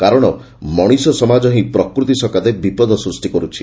କାରଣ ମଣିଷ ସମାଜ ହିଁ ପ୍ରକୃତି ସକାଶେ ବିପଦ ସୃଷ୍ଟି କରୁଛି